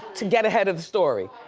to get ahead of the story.